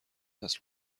نسل